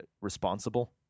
responsible